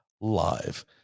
live